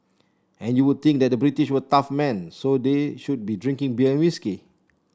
and you would think that the British were tough men so they should be drinking beer and whisky